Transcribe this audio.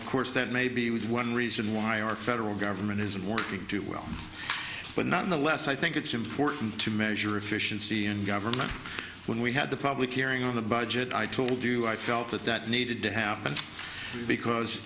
of course that maybe with one reason why our federal government isn't working too well but nonetheless i think it's important to measure efficiency in government when we had the public hearing on the budget i told you i felt that that needed to happen because